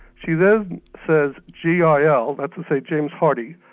she then says, gio, ah that's to say james hardie,